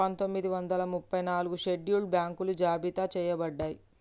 పందొమ్మిది వందల ముప్పై నాలుగులో షెడ్యూల్డ్ బ్యాంకులు జాబితా చెయ్యబడ్డయ్